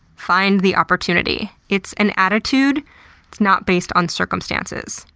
find the opportunity. it's an attitude. it's not based on circumstances.